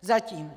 Zatím.